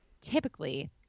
typically